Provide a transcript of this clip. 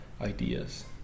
ideas